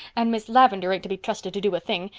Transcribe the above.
and miss lavendar ain't to be trusted to do a thing.